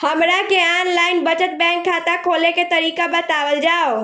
हमरा के online बचत बैंक खाता खोले के तरीका बतावल जाव?